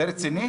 זה רציני?